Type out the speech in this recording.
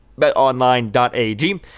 betonline.ag